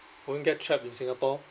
won't get trapped in singapore